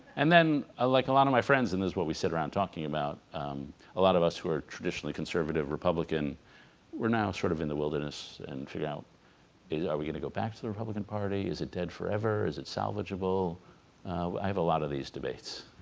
and then ah like a lot of my friends and there's what we sit around talking about a lot of us who are traditionally conservative republican we're now sort of in the wilderness and figure out is are we gonna go back to the republican party is it dead forever is it salvageable i have a lot of these debates